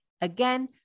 Again